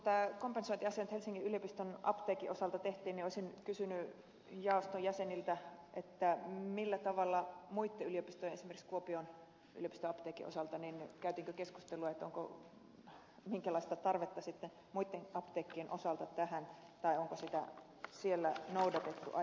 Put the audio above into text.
kun tämä kompensointiasia helsingin yliopiston apteekin osalta tehtiin olisin kysynyt jaoston jäseniltä millä tavalla muitten yliopistojen esimerkiksi kuopion yliopiston apteekin osalta tehtiin käytiinkö keskustelua minkälaista tarvetta muitten apteekkien osalta tähän on tai onko sitä siellä noudatettu aikaisemmin